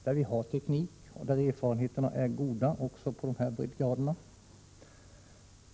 Där har vi teknik och goda erfarenheter också på dessa breddgrader.